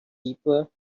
people